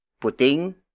puting